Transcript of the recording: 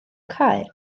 caer